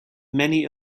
many